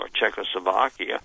Czechoslovakia